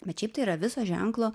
bet šiaip tai yra viso ženklo